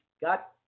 got